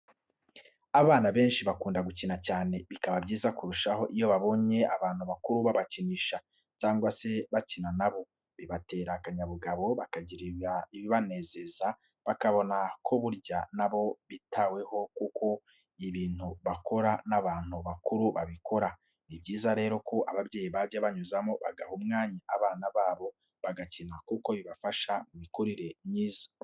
Abana benshi bakunda gukina cyane bikaba byiza kurushaho iyo babonye abantu bakuru babakinisha, cyangwa se bakina na bo, bibatera akanyabugabo, bakagira ibinezaneza bakabona ko burya na bo bitaweho kuko ibintu bakora n'abantu bakuru babikora. Ni byiza rero ko ababyeyi bajya banyuzamo bagaha umwanya abana babo bagakina kuko bibafasha mu mikurire myiza.